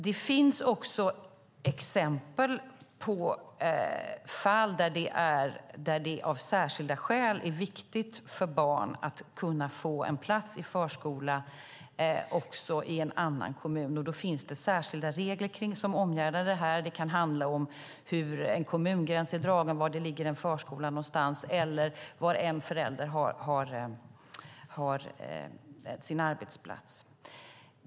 Det finns exempel på fall där det av särskilda skäl är viktigt för barn att kunna få en plats i förskola också i en annan kommun, och då finns det särskilda regler som omgärdar det. Det kan handla om hur en kommungräns är dragen, var det ligger en förskola eller var en förälder har sin arbetsplats.